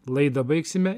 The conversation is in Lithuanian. laidą baigsime